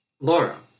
Laura